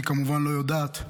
היא כמובן לא יודעת.